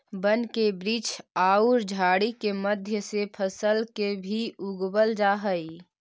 वन के वृक्ष औउर झाड़ि के मध्य से फसल के भी उगवल जा हई